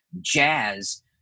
jazz